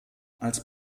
als